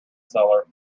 cellar